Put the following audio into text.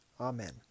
Amen